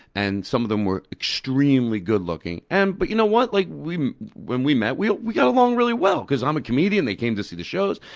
and some of them were extremely good-looking. and but you know what? like when we met, we we got along really well, because i'm a comedian, they came to see the shows,